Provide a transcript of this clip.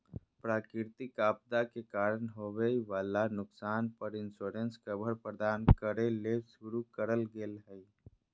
प्राकृतिक आपदा के कारण होवई वला नुकसान पर इंश्योरेंस कवर प्रदान करे ले शुरू करल गेल हई